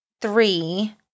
three